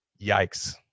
yikes